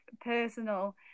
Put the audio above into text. personal